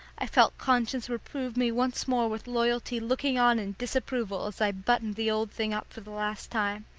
i felt conscience reprove me once more with loyalty looking on in disapproval as i buttoned the old thing up for the last time,